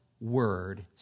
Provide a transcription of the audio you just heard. word